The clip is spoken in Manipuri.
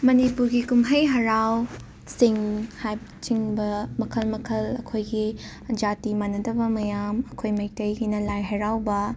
ꯃꯅꯤꯄꯨꯒꯤ ꯀꯨꯝꯍꯩ ꯍꯔꯥꯎꯁꯤꯡ ꯍꯥꯏꯕꯆꯤꯡꯕ ꯃꯈꯜ ꯃꯈꯜ ꯑꯈꯣꯏꯒꯤ ꯖꯥꯇꯤ ꯃꯥꯟꯅꯗꯕ ꯃꯌꯥꯝ ꯑꯩꯈꯣꯏ ꯃꯩꯇꯩꯒꯤꯅ ꯂꯥꯏ ꯍꯔꯥꯎꯕ